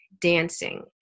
dancing